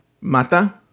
Mata